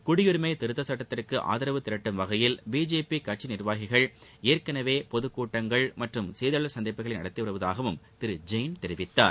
குடியுரிமை திருத்த சுட்டத்திற்கு ஆதரவு திரட்டும் வகையில் பிஜேபி கட்சி நிர்வாகிகள் ஏற்கனவே பொதுக் கூட்டங்கள் மற்றும் செய்தியாளர் சந்திப்புகளை நடத்தி வருவதாகவும் திரு ஜெயின் தெரிவித்தார்